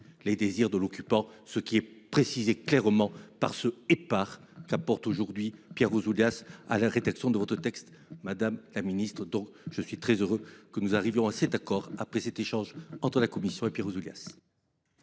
les désirs de l'occupant. Ce qui est précisé clairement par ce épars qu'porte aujourd'hui Pierre Ouzoulias à la réception de votre texte Madame la Ministre donc je suis très heureux que nous arrivions, assez d'accord après cet échange entre la Commission et Pierre Ouzoulias.